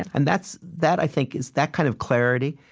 and that's that, i think, is that kind of clarity,